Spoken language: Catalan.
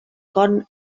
con